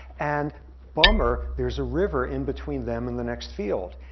and bummer, there's a river in between them and the next field.